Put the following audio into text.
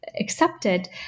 Accepted